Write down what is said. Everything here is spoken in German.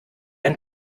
ein